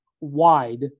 wide